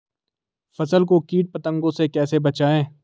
फसल को कीट पतंगों से कैसे बचाएं?